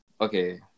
Okay